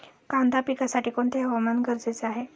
कांदा पिकासाठी कोणते हवामान गरजेचे आहे?